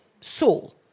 Saul